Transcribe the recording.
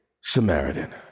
Samaritan